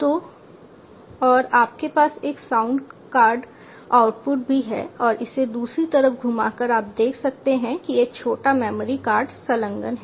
तो और आपके पास एक साउंड कार्ड आउटपुट भी है और इसे दूसरी तरफ घुमाकर आप देख सकते हैं कि एक छोटा मेमोरी कार्ड संलग्न है